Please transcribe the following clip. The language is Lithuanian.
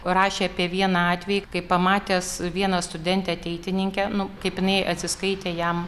rašė apie vieną atvejį kai pamatęs vieną studentę ateitininkę nu kaip jinai atsiskaitė jam